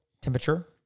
temperature